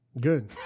Good